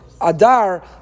adar